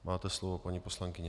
Máte slovo, paní poslankyně.